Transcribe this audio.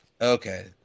Okay